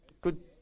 good